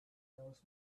knows